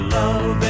love